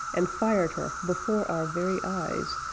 and fired her before our very eyes,